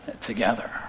together